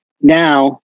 Now